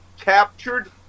captured